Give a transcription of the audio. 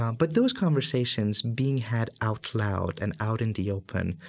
um but those conversations being had out loud and out in the open,